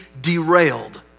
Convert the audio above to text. derailed